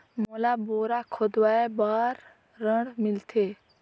मोला बोरा खोदवाय बार ऋण मिलथे?